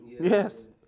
Yes